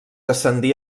ascendí